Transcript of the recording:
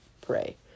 pray